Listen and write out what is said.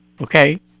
Okay